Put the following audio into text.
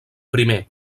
primer